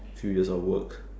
few years of work